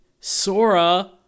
Sora